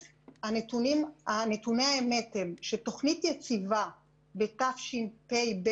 נתוני האמת הם שתוכנית יציבה בתשפ"ב